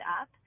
up